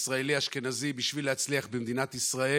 ישראלי ואשכנזי בשביל להצליח במדינת ישראל,